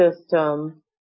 system